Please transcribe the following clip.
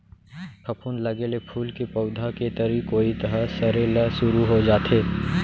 फफूंद लगे ले फूल के पउधा के तरी कोइत ह सरे ल सुरू हो जाथे